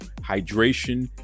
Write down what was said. hydration